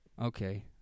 Okay